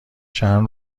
چند